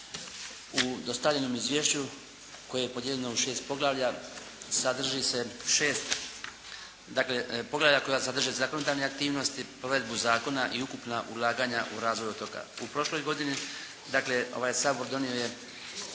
U dostavljenom izvješću koje je podijeljeno u šest poglavlja sadrži se šest dakle poglavlja koja sadrže zakonodavne aktivnosti, provedbu zakona i ukupna ulaganja u razvoj otoka u prošloj godini, dakle ovaj Sabor donio je